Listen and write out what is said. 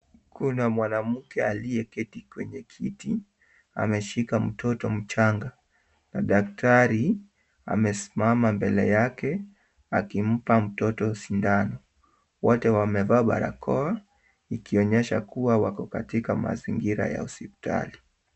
Kuna mwanamke aliyeketi kwenye kiti, ameshika mtoto mchanga na daktari amesimama mbele yake akimpa mtoto sindano. Wote wamevaa barakoa ikionyesha kuwa wako katika mazingira ya hospitali.